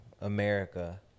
America